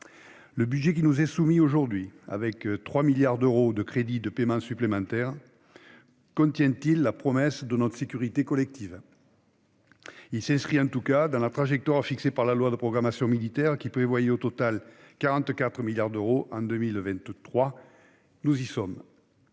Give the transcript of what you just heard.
Le budget qui nous est soumis aujourd'hui, avec 3 milliards d'euros de crédits de paiement supplémentaires, contient-il la promesse de notre sécurité collective ? Il s'inscrit en tout cas dans la trajectoire fixée par la loi de programmation militaire, qui prévoyait un total de 44 milliards d'euros en 2023. Nous y sommes